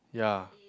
ya